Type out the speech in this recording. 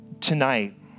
tonight